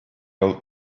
old